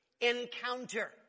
encounter